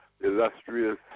illustrious